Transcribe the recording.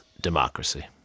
Democracy